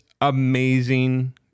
amazing